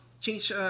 change